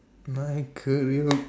my career